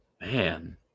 man